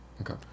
okay